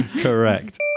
Correct